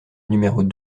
numéros